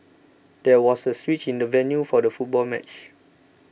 there was a switch in the venue for the football match